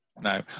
no